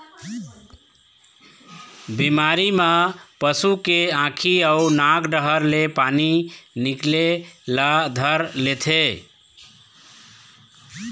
बिमारी म पशु के आँखी अउ नाक डहर ले पानी निकले ल धर लेथे